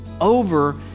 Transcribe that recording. over